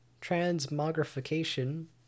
Transmogrification